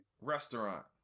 Restaurant